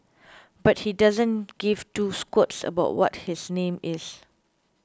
but he doesn't give two squirts about what his name is